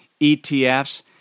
ETFs